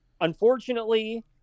unfortunately